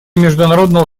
международного